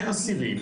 לאסירים,